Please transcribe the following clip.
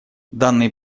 данные